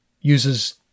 uses